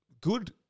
good